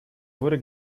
wurde